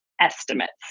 estimates